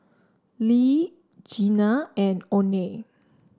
Le Jeanna and Oney